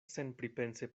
senpripense